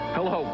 Hello